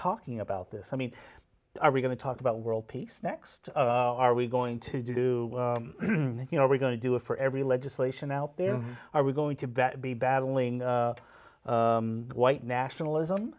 talking about this i mean are we going to talk about world peace next are we going to do you know are we going to do it for every legislation out there are we going to be battling white nationalism